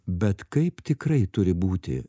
bet kaip tikrai turi būti